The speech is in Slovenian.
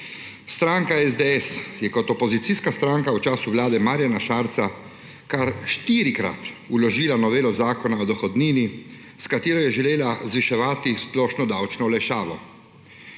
Stranka SDS je kot opozicijska stranka v času vlade Marjana Šarca kar štirikrat vložila novelo Zakona o dohodnini, s katero je želela zviševati splošno davčno olajšavo.